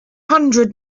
hundred